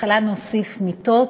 בהתחלה נוסיף מיטות,